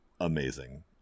amazing